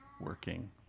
working